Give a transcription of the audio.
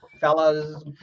fellas